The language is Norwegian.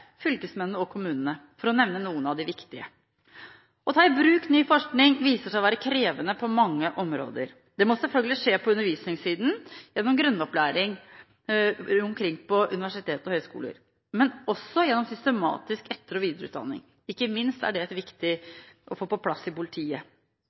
fylkesmennene og kommunene, for å nevne noen av de viktige. Å ta i bruk ny forskning viser seg å være krevende på mange områder. Det må selvfølgelig skje på undervisningssiden, gjennom grunnopplæring på universiteter og høyskoler, men også gjennom systematisk etter- og videreutdanning. Ikke minst er dette viktig